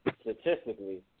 statistically